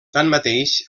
tanmateix